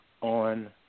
On